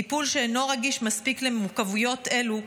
טיפול שאינו רגיש מספיק למורכבויות אלו,